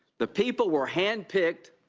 the people were handpicked